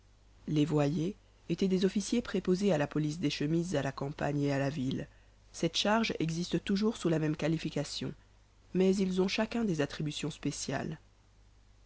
les voyers étaient des officiers préposés à la police des chemises à la campagne et à la ville cette charge existe toujours sous la même qualification mais ils ont chacun des attributions spéciales